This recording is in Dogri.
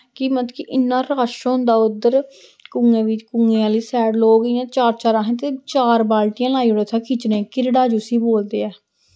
कि मतलब कि इन्ना रश होंदा उधर कुएं बिच्च कुएं आह्ली साइड लोक इ'यां चार चार आखदे चार बाल्टियां लाई ओड़ो इत्थै खिच्चने किरड़ा जुस्सी बोलदे ऐ